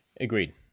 Agreed